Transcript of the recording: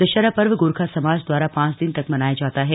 दशहरा शर्व गोरखा समाज द्वारा ांच दिन तक मनाया जाता है